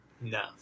No